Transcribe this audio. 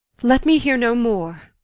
let me hear no more.